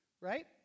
Right